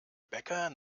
bäcker